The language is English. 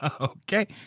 Okay